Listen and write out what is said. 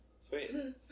Sweet